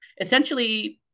essentially